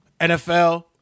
NFL